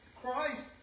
Christ